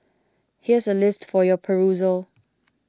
here's a list for your perusal